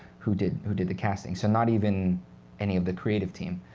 who did who did the casting. so not even any of the creative team.